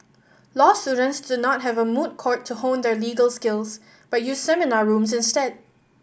law students do not have a moot court to hone their legal skills but use seminar rooms instead